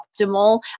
optimal